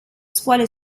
scuole